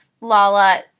Lala